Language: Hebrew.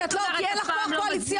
כי אין לך כוח קואליציוני.